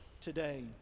today